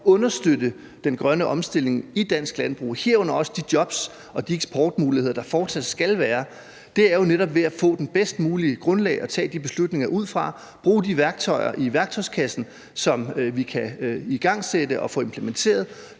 understøtte den grønne omstilling i dansk landbrug, herunder også de jobs og de eksportmuligheder, der fortsat skal være, handler jo netop om at få det bedst mulige grundlag at tage de beslutninger ud fra og at bruge de værktøjer i værktøjskassen, som vi kan igangsætte og få implementeret,